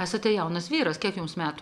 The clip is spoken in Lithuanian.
esate jaunas vyras kiek jums metų